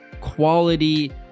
quality